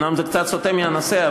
אומנם זה קצת סוטה מהנושא,